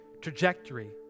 trajectory